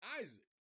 Isaac